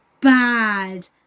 bad